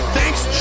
Thanks